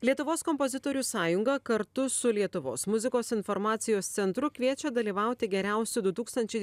lietuvos kompozitorių sąjunga kartu su lietuvos muzikos informacijos centru kviečia dalyvauti geriausių du tūkstančiai